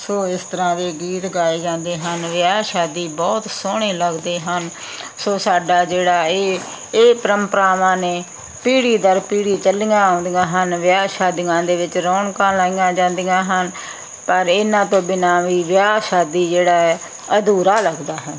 ਸੋ ਇਸ ਤਰ੍ਹਾਂ ਦੇ ਗੀਤ ਗਾਏ ਜਾਂਦੇ ਹਨ ਵਿਆਹ ਸ਼ਾਦੀ ਬਹੁਤ ਸੋਹਣੇ ਲੱਗਦੇ ਹਨ ਸੋ ਸਾਡਾ ਜਿਹੜਾ ਇਹ ਇਹ ਪਰੰਪਰਾਵਾਂ ਨੇ ਪੀੜ੍ਹੀ ਦਰ ਪੀੜ੍ਹੀ ਚੱਲੀਆਂ ਆਉਂਦੀਆਂ ਹਨ ਵਿਆਹ ਸ਼ਾਦੀਆਂ ਦੇ ਵਿੱਚ ਰੌਣਕਾਂ ਲਾਈਆਂ ਜਾਂਦੀਆਂ ਹਨ ਪਰ ਇਹਨਾਂ ਤੋਂ ਬਿਨਾਂ ਵੀ ਵਿਆਹ ਸ਼ਾਦੀ ਜਿਹੜਾ ਏ ਅਧੂਰਾ ਲੱਗਦਾ ਹੈ